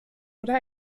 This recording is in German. oder